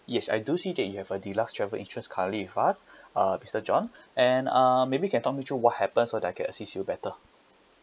yes I do see that you have a deluxe travel insurance currently with us uh mister john and um maybe you can talk me through what happens so that I can assist you better